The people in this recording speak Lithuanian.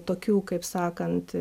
tokių kaip sakant